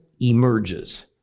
emerges